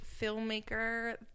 filmmaker